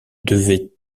devait